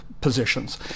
positions